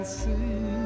see